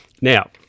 Now